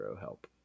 help